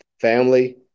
Family